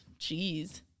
Jeez